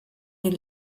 den